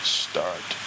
start